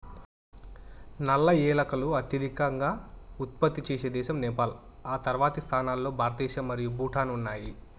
నల్ల ఏలకులు అత్యధికంగా ఉత్పత్తి చేసే దేశం నేపాల్, ఆ తర్వాతి స్థానాల్లో భారతదేశం మరియు భూటాన్ ఉన్నాయి